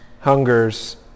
hungers